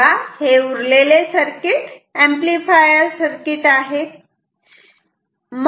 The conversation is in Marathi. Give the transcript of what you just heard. तेव्हा हे उरलेले सर्किट एम्पलीफायर आहे